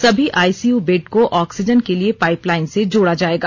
सभी ICU bed को oxygen के लिए पाइप लाइन से जोड़ा जाएगा